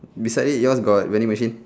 beside it yours got vending machine